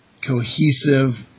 cohesive